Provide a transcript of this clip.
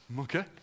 Okay